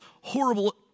horrible